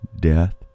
death